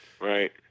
Right